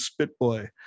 Spitboy